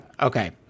Okay